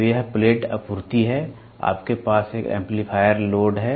तो यह एक प्लेट आपूर्ति है आपके पास एक एम्पलीफायर लोड है